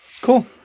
Cool